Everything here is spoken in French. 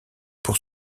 pour